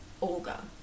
Olga